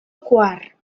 quar